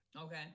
Okay